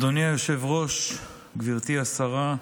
אדוני היושב-ראש, גברתי השרה,